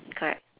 correct